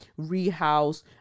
rehouse